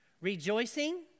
rejoicing